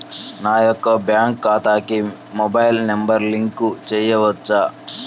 నా యొక్క బ్యాంక్ ఖాతాకి మొబైల్ నంబర్ లింక్ చేయవచ్చా?